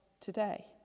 today